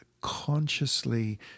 consciously